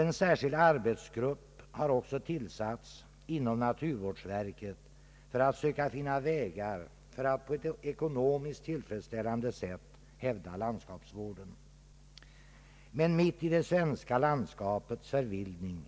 En särskild arbetsgrupp har också tillsatts inom naturvårdsverket för att söka finna vägar att på ett ekonomiskt tillfredsställande sätt hävda landskapsvården. Men mitt i det svenska landskapets förvildning